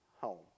home